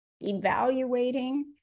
evaluating